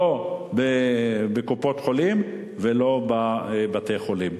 לא בקופות-חולים ולא בבתי-החולים.